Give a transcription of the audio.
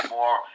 more